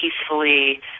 peacefully